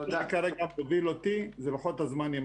מה שמוביל אותי זה לוחות הזמנים.